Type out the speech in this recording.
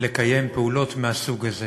לקיים פעולות מהסוג הזה.